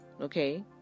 Okay